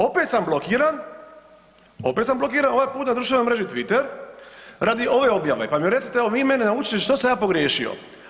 Opet sam blokiran, opet sam blokiran ovaj put na društvenoj mreži Twitter radi ove objave, pa mi recite evo vi mene naučite što sam ja pogriješio.